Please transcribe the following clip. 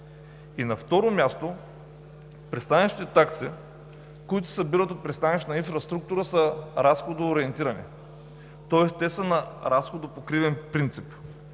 На второ място, пристанищните такси, които се събират от Пристанищната инфраструктура, са разходоориентирани, тоест те са на разходопокривен принцип.